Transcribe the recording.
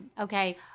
Okay